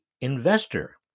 investor